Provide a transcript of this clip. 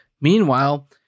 Meanwhile